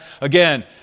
Again